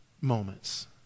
moments